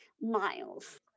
miles